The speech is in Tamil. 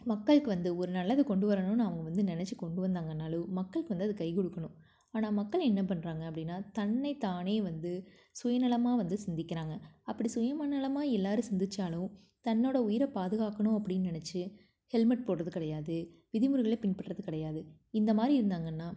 மக்களுக்கு வந்து ஒரு நல்லது கொண்டு வரணும்னு அவங்க வந்து நினைச்சி கொண்டு வந்தாங்கன்னாலோ மக்களுக்கு வந்து அது கை கொடுக்கணும் ஆனால் மக்கள் என்ன பண்ணுறாங்க அப்படின்னா தன்னைத்தானே வந்து சுயநலமாக வந்து சிந்திக்கிறாங்க அப்படி சுயநலமா எல்லாேரும் சிந்தித்தாலும் தன்னோட உயிரை பாதுகாக்கணும் அப்படின் நினைச்சி ஹெல்மெட் போடுவது கிடையாது விதிமுறைகளை பின்பற்றது கிடையாது இந்த மாதிரி இருந்தாங்கன்னால்